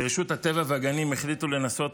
ברשות הטבע והגנים החליטו לנסות